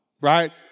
right